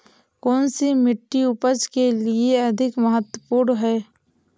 कौन सी मिट्टी उपज के लिए अधिक महत्वपूर्ण है?